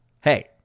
hey